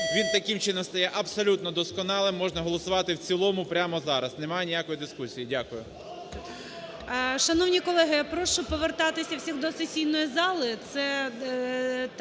Він таким чином стає абсолютно досконалим. Можна голосувати в цілому прямо зараз. Немає ніякої дискусії. Дякую. ГОЛОВУЮЧИЙ. Шановні колеги, я прошу повертатися всіх до сесійної зали.